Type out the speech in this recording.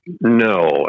No